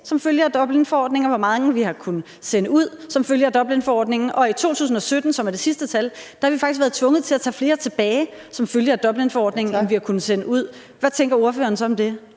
som følge af Dublinforordningen, og hvor mange vi har kunnet sende ud som følge af Dublinforordningen. Og i 2017, som er det sidste tal, vi har, har vi faktisk været tvunget til at tage flere tilbage som følge af Dublinforordningen, end vi har kunnet sende ud. Hvad tænker ordføreren så om det?